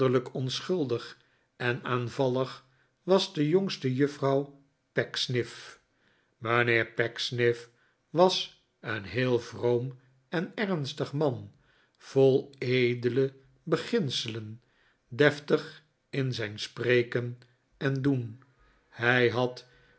onschuldig en aanvallig was de jongste juffrouw pecksniff mijnheer pecksniff was een heel vroom en ernstig man vol edele beginselen deftig in zijn spreken en doen hij had